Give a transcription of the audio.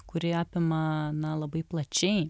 kuri apima na labai plačiai